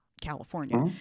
California